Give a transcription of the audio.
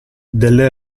delle